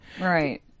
Right